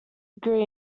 agree